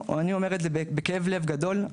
אני אומר את זה בכאב לב גדול.